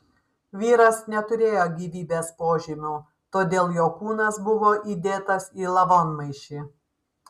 vyras neturėjo gyvybės požymių todėl jo kūnas buvo įdėtas į lavonmaišį